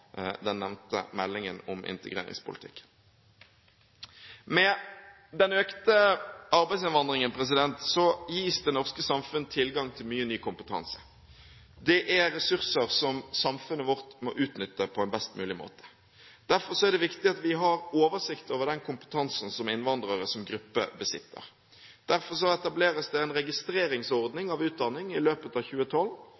den nevnte meldingen om integreringspolitikk. Med den økte arbeidsinnvandringen gis det norske samfunn tilgang til mye ny kompetanse. Det er ressurser som samfunnet vårt må utnytte på en best mulig måte. Derfor er det viktig at vi har oversikt over den kompetansen som innvandrere som gruppe besitter. Derfor etableres det en